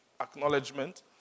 acknowledgement